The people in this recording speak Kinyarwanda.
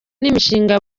n’imishinga